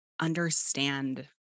understand